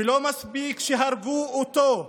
ולא מספיק שהרגו אותו,